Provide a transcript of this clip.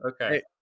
Okay